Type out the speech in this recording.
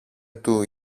του